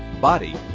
body